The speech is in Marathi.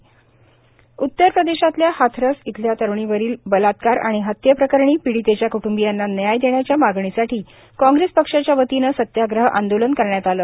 काँग्रेस सत्याग्रह आंदोलन उत्तर प्रदेशातल्या हाथरेस इथल्या तरूणीवरील बलात्कार आणि हत्ये प्रकरणी पीडितेच्या कुटुंबियांना न्याय देण्याच्या मागणीसाठी काँग्रेस पक्षाच्या वतीनं सत्याग्रह आंदोलन करण्यात आलं